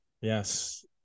yes